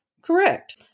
Correct